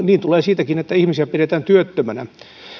niin tulee siitäkin että ihmisiä pidetään työttöminä